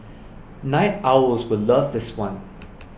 night owls will love this one